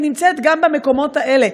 היא נמצאת גם במקומות האלה.